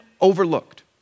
overlooked